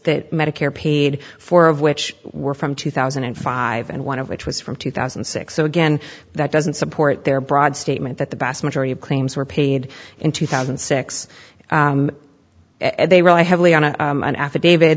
that medicare paid four of which were from two thousand and five and one of which was from two thousand and six so again that doesn't support their broad statement that the vast majority of claims were paid in two thousand and six and they rely heavily on a an a